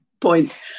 points